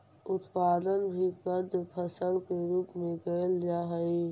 उत्पादन भी कंद फसल के रूप में कैल जा हइ